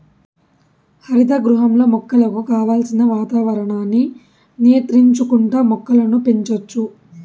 హరిత గృహంలో మొక్కలకు కావలసిన వాతావరణాన్ని నియంత్రించుకుంటా మొక్కలను పెంచచ్చు